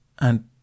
And